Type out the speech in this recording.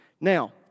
Now